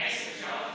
עשר שעות